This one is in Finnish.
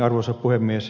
arvoisa puhemies